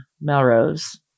Melrose